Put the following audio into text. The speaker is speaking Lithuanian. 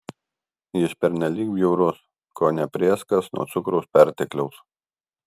jis pernelyg bjaurus kone prėskas nuo cukraus pertekliaus